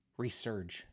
resurge